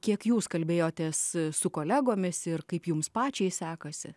kiek jūs kalbėjotės su kolegomis ir kaip jums pačiai sekasi